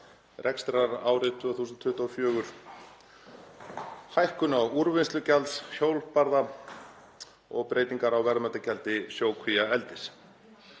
rekstrarárið 2024, hækkun úrvinnslugjalds á hjólbarða og breytingar á verðmætagjaldi sjókvíaeldis.